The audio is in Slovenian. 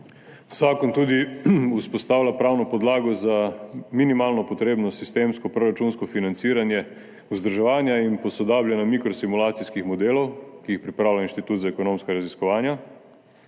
Zakon tudi vzpostavlja pravno podlago za minimalno potrebno sistemsko proračunsko financiranje vzdrževanja in posodabljanja mikrosimulacijskih modelov, ki jih pripravlja Inštitut za ekonomska raziskovanja.